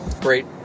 great